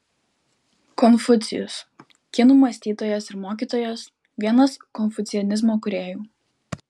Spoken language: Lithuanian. konfucijus kinų mąstytojas ir mokytojas vienas konfucianizmo kūrėjų